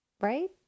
Right